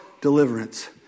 deliverance